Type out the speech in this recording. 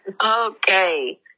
Okay